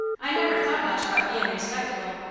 i never thought much about bein' respectable,